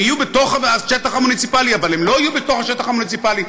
הם יהיו בתוך השטח המוניציפלי אבל הם לא יהיה בתוך השטח המוניציפלי.